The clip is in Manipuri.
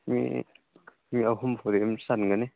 ꯃꯤ ꯃꯤ ꯑꯍꯨꯝ ꯆꯟꯒꯅꯤ